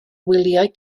wyliau